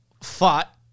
fought